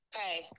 hey